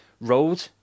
road